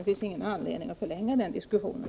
Det finns ingen anledning att förlänga den diskussionen.